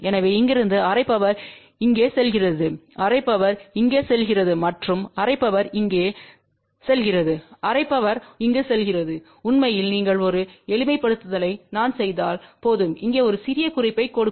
எனவே இங்கிருந்து ½ பவர் இங்கே செல்கிறது ½ பவர் இங்கே செல்கிறது மற்றும் ½ பவர் இங்கே செல்கிறது ½ பவர் இங்கு செல்கிறது உண்மையில் நீங்கள் ஒரு எளிமைப்படுத்தலை நான் செய்தால் போதும் இங்கே ஒரு சிறிய குறிப்பைக் கொடுக்கும்